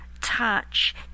touch